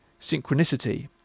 synchronicity